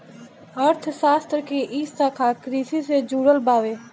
अर्थशास्त्र के इ शाखा कृषि से जुड़ल बावे